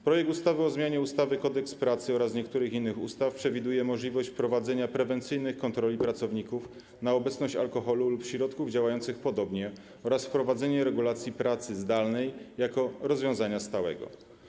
Projekt ustawy o zmianie ustawy - Kodeks pracy oraz niektórych innych ustaw przewiduje możliwość wprowadzenia prewencyjnych kontroli pracowników na obecność alkoholu lub środków działających podobnie oraz wprowadzenia regulacji pracy zdalnej jako rozwiązania stałego.